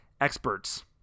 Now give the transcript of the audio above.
experts